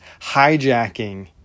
hijacking